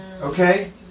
Okay